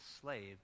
slave